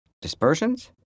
Dispersions